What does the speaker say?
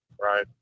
Right